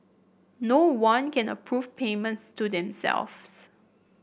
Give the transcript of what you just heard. no one can approve payments to themselves